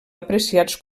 apreciats